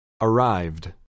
Arrived